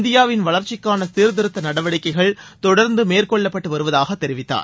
இந்தியாவின் வளர்ச்சிக்கான சீர்திருத்த நடவடிக்கைகள் தொடர்ந்து மேற்கொள்ளப்பட்டுவருவதாக தெரிவித்தார்